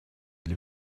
для